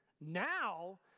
now